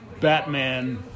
Batman